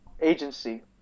agency